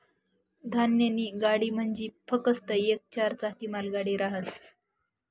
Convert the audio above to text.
धान्यनी गाडी म्हंजी फकस्त येक चार चाकी मालगाडी रहास